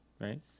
right